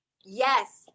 Yes